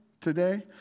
today